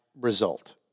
result